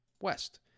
West